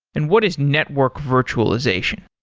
and what is network virtualization?